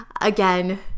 Again